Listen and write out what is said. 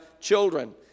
children